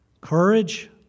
Courage